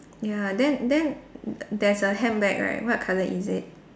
ya then then there's a handbag right what colour is it